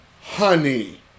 Honey